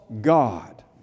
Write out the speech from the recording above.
God